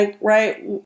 right